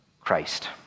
Christ